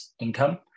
income